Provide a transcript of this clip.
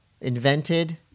invented